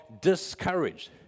discouraged